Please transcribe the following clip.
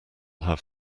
have